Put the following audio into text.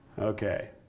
okay